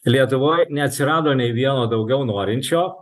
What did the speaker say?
lietuvoj neatsirado nei vieno daugiau norinčio